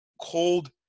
cold